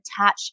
attach